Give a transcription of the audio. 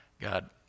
God